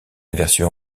version